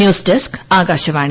news desk Akashvani